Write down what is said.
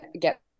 get